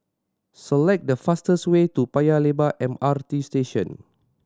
select the fastest way to Paya Lebar M R T Station